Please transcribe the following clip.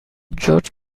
georges